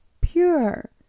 pure